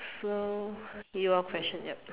so your question yup